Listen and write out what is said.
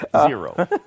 Zero